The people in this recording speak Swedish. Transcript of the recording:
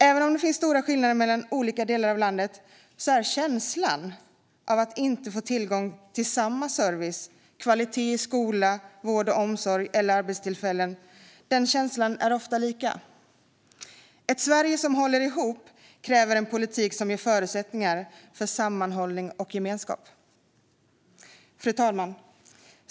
Även om det finns stora skillnader mellan olika delar av landet är känslan av att inte få tillgång till samma service, kvalitet i skola, vård och omsorg eller arbetstillfällen ofta densamma. Ett Sverige som håller ihop kräver en politik som ger förutsättningar för sammanhållning och gemenskap. Fru talman!